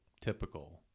typical